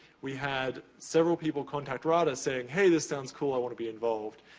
we had several people contact rada, saying hey, this sounds cool. i wanna be involved.